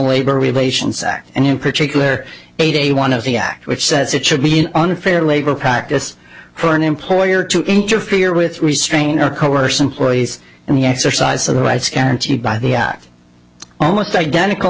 labor relations act and in particular a one of the act which says it should be an unfair labor practice for an employer to interfere with restrain or coerce employees and the exercise of the rights guaranteed by the act almost identical